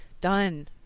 done